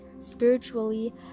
spiritually